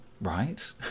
Right